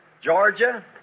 Georgia